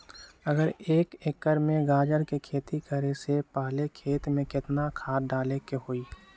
अगर एक एकर में गाजर के खेती करे से पहले खेत में केतना खाद्य डाले के होई?